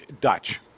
Dutch